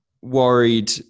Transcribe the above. worried